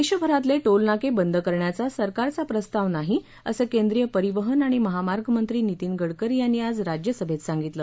देशभरातले टोलनाके बंद करण्याचा सरकारचा प्रस्ताव नाही असं केंद्रीय परिवहन आणि महामार्ग मंत्री नीतिन गडकरी यांनी आज राज्यसभेत सांगितलं